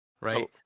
Right